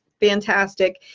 fantastic